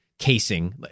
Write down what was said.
casing